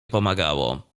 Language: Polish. pomagało